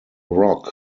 rock